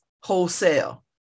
wholesale